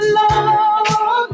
love